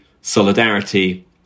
solidarity